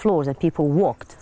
floor that people walked